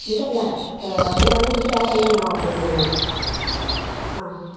ഇതല്ല ടോട്ടലി പറഞ്ഞാൽ ഈ ബാഗല്ല ഞാൻ ഓർഡർ ചെയ്തിരുന്നത് ആ